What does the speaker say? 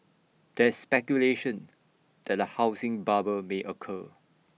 there is speculation that A housing bubble may occur